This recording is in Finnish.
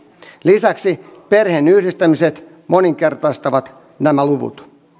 lisäksi perheenyhdistämiset moninkertaistavat nämä luvut